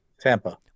Tampa